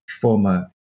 former